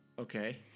Okay